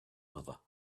mother